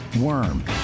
Worm